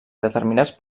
determinats